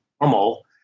normal